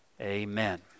amen